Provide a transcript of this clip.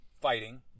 fighting